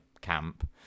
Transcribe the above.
camp